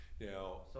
now